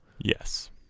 Yes